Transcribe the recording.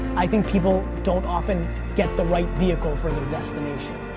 i think people don't often get the right vehicle for the destination.